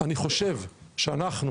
אני חושב שאנחנו,